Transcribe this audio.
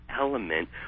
element